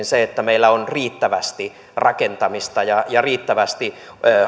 se että meillä on riittävästi rakentamista ja ja riittävästi